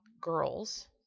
girls